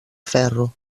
ferro